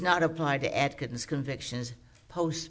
not apply to atkins convictions post